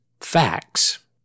facts